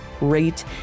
rate